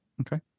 Okay